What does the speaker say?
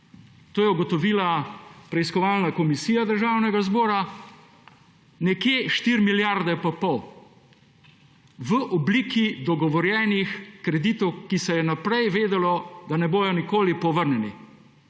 to je ugotovila preiskovalna komisija Državnega zbora, okrog 4,5 milijarde v obliki dogovorjenih kreditov, o katerih se je vnaprej vedelo, da ne bodo nikoli povrnjeni.